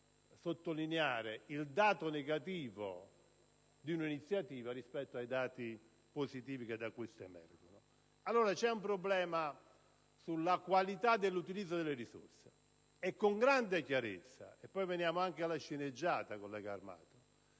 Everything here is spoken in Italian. per sottolineare il dato negativo di un'iniziativa rispetto ai dati positivi che da questa emergono. Ripeto, c'è un problema sulla qualità dell'utilizzo delle risorse. Con grande chiarezza - poi veniamo anche alla sceneggiata, collega Armato